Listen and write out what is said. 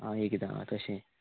आं एकदां तशें